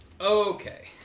Okay